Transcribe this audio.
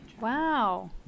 Wow